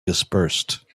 dispersed